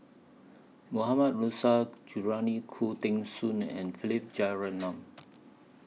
Mohammad Nurrasyid Juraimi Khoo Teng Soon and Philip Jeyaretnam